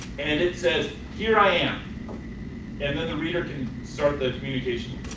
and it says here i am and then the reader can start the communication.